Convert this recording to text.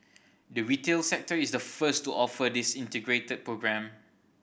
the retail sector is the first to offer this integrated programme